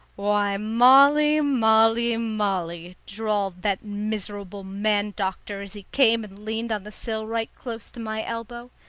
why, molly, molly, molly! drawled that miserable man-doctor as he came and leaned on the sill right close to my elbow.